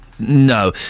No